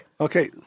Okay